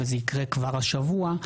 וזה יקרה כבר השבוע,